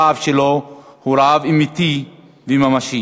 הרעב שלו הוא רעב אמיתי וממשי,